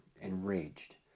enraged